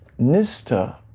Nista